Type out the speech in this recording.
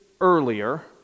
earlier